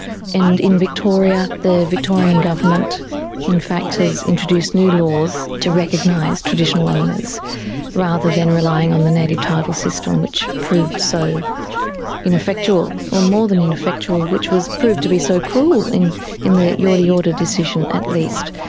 in in victoria the victorian government in fact has introduced new laws to recognise traditional owners rather than relying on the native title system, which proved so ineffectual well more than ineffectual, which was proved to be so cruel, in in the yorta yorta decision at least.